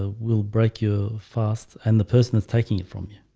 ah will break your fast and the person is taking it from you